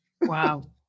Wow